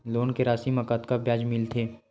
Loan के राशि मा कतका ब्याज मिलथे?